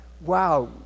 wow